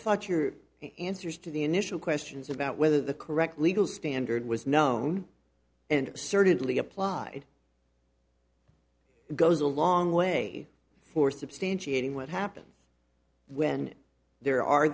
thought your answers to the initial questions about whether the correct legal standard was known and certainly applied goes a long way for substantiating what happens when there are